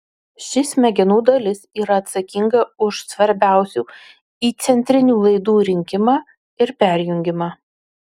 ši smegenų dalis yra atsakinga už svarbiausių įcentrinių laidų rinkimą ir perjungimą